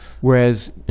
Whereas